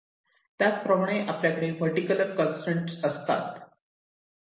त्याचप्रमाणे आपल्याकडे vertical constraint असतात